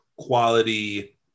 Quality